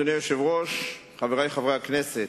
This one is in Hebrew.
אדוני היושב-ראש, חברי חברי הכנסת,